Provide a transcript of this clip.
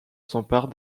s’empare